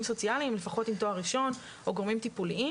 סוציאליים לפחות עם תואר ראשון או גורמים טיפוליים.